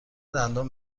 دندان